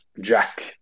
Jack